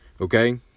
okay